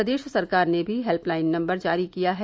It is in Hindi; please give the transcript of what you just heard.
प्रदेश सरकार ने भी हेल्पलाइन नम्बर जारी किया है